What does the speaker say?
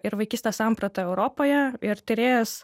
ir vaikystės sampratą europoje ir tyrėjas